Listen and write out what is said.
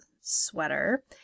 sweater